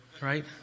right